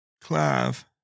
Clive